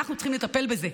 אנחנו צריכים לטפל בזה,